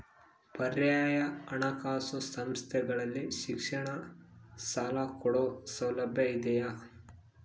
ಪರ್ಯಾಯ ಹಣಕಾಸು ಸಂಸ್ಥೆಗಳಲ್ಲಿ ಶಿಕ್ಷಣ ಸಾಲ ಕೊಡೋ ಸೌಲಭ್ಯ ಇದಿಯಾ?